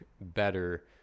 better